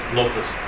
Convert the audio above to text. Locals